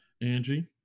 Angie